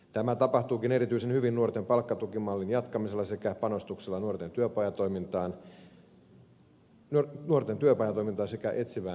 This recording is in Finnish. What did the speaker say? tämä tapahtuukin erityisen hyvin nuorten palkkatukimallin jatkamisella sekä panostuksella nuorten työpajatoimintaan sekä etsivään nuorisotyöhön